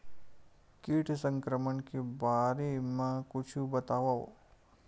कीट संक्रमण के बारे म कुछु बतावव?